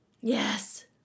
Yes